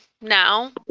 now